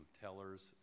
tellers